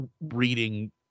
reading